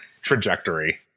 trajectory